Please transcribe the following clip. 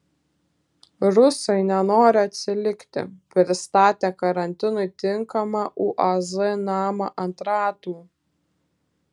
rusai nenori atsilikti pristatė karantinui tinkamą uaz namą ant ratų